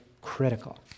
critical